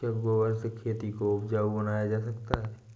क्या गोबर से खेती को उपजाउ बनाया जा सकता है?